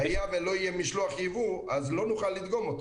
היה ולא יהיה משלוח יבוא אז לא נוכל לדגום אותו.